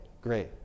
great